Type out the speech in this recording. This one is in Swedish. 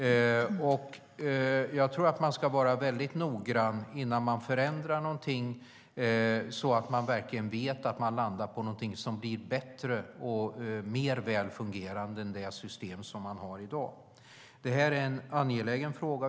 Jag tror att man, innan man förändrar någonting, ska vara noggrann så att man verkligen vet att man landar i någonting som blir bättre och mer välfungerande än det system man har i dag. Det är en angelägen fråga.